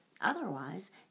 Otherwise